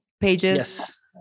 pages